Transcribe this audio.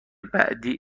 بعدی